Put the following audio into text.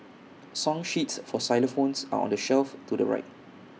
song sheets for xylophones are on the shelf to the right